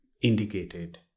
indicated